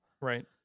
Right